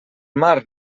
mar